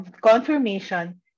confirmation